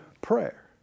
prayer